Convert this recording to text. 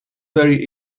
very